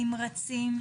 נמרצים,